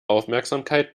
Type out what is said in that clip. aufmerksamkeit